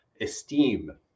esteem